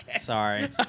Sorry